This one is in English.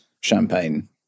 champagne